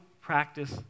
practice